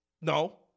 No